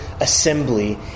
assembly